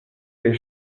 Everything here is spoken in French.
les